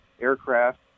aircraft